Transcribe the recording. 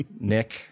Nick